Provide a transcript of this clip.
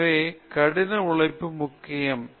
எனவே கடின உழைப்பு முக்கியம்